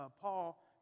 Paul